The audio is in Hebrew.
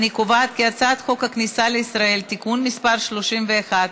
קובעת כי הצעת חוק הכניסה לישראל (תיקון מס' 31),